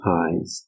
eyes